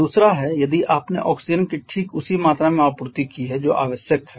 दूसरा है यदि आपने ऑक्सीजन की ठीक उसी मात्रा में आपूर्ति की है जो आवश्यक है